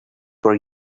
were